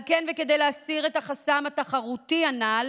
על כן, וכדי להסיר את החסם התחרותי הנ"ל,